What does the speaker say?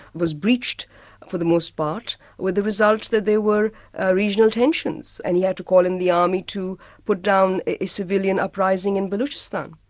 was breached for the most part with the result that there were ah regional tensions and he had to call in the army to put down a civilian uprising in baluchistan.